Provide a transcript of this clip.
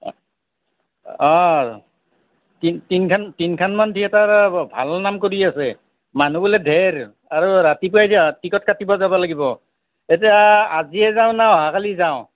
অ' তিন তিনখান তিনখান মান থিয়েটাৰ ভাল নাম কৰি আছে মানুহ বোলে ঢেৰ আৰু ৰাতিপুৱাই যোৱা টিকট কাটিব যাব লাগিব এতিয়া আজিয়ে যাওঁ নে অহাকালি যাওঁ